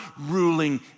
ruling